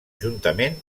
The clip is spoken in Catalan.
juntament